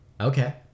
Okay